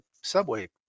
subway